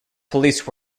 police